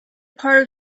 part